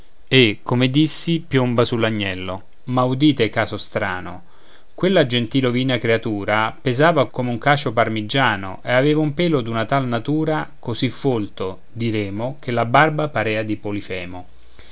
e come dissi piomba sull'agnello ma udite caso strano quella gentile ovina creatura pesava come un cacio parmigiano e aveva un pelo d'una tal natura così folto diremo che la barba parea di polifemo